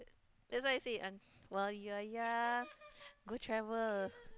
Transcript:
that's why I say un~ while you're young go travel